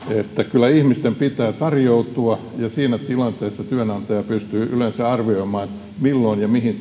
kyllä ihmisten pitää tarjoutua ja siinä tilanteessa työnantaja pystyy yleensä arvioimaan milloin ja mihin